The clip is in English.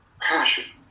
passion